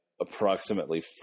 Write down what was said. approximately